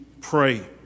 pray